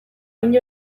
onddo